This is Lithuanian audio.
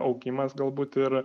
augimas galbūt ir